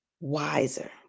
wiser